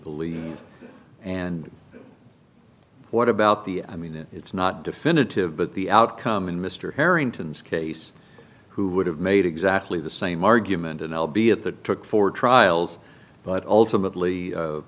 believe and what about the i mean it's not definitive but the outcome in mr harrington's case who would have made exactly the same argument and i'll be at that took four trials but ultimately